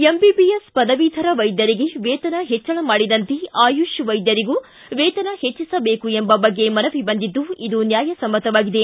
MBBS ಪದವೀಧರ ವೈದ್ಯರಿಗೆ ವೇತನ ಹೆಚ್ಚಳ ಮಾಡಿದಂತೆ ಆಯುಷ್ ವೈದ್ಯರಿಗೂ ವೇತನ ಹೆಚ್ಚಿಸಬೇಕು ಎಂಬ ಬಗ್ಗೆ ಮನವಿ ಬಂದಿದ್ದು ಇದು ನ್ಯಾಯಸಮ್ನವಾಗಿದೆ